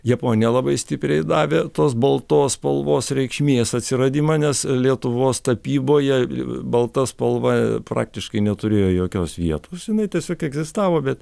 japoniją labai stipriai davė tos baltos spalvos reikšmės atsiradimą nes lietuvos tapyboje balta spalva praktiškai neturėjo jokios vietos jinai tiesiog egzistavo bet